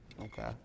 Okay